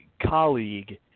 colleague